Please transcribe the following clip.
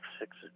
six